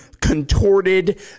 contorted